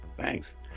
Thanks